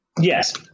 Yes